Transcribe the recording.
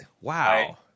Wow